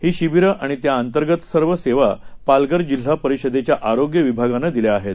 हीशिबीरंआणित्याअंतर्गतसर्वसेवापालघरजिल्हापरिषदेच्याआरोग्यविभागानंदिल्याआहेत